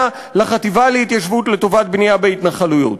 לחטיבה להתיישבות לטובת בנייה בהתנחלויות.